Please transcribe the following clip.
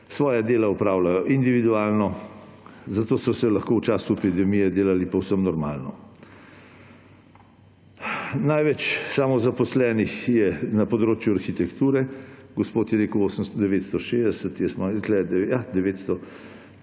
svoje dela opravljajo individualno, zato so lahko v času epidemije delali povsem normalno. Največ samozaposlenih je na področju arhitekture. Gospod je rekel med 800